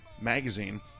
Magazine